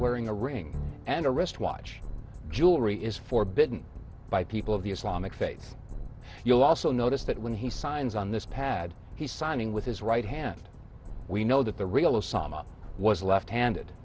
wearing a ring and a wristwatch jewelry is forbidden by people of the islamic faith you'll also notice that when he signs on this pad he's signing with his right hand we know that the real osama was left handed